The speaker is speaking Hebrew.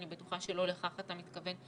כי אני בטוחה שלא לכך אתה מתכוון,